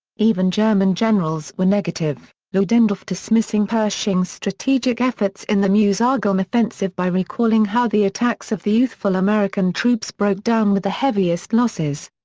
even german generals were negative, ludendorff dismissing pershing's strategic efforts in the meuse-argonne offensive by recalling how the attacks of the youthful american troops broke down with the heaviest losses.